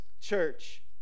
church